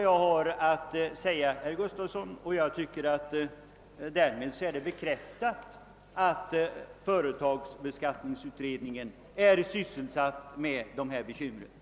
Jag anser att det därmed är bekräftat att företagsskatteutredningen sysslar med dessa frågor, herr Gustafson.